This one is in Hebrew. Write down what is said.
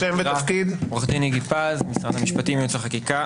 עורך דין איגי פז, משרד המשפטים, ייעוץ וחקיקה.